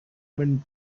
burned